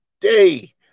day